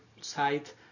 site